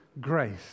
grace